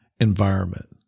environment